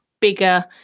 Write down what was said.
bigger